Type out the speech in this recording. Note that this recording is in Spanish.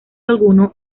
alguno